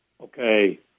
Okay